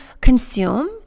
consume